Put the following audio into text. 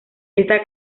esta